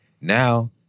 Now